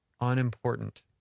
unimportant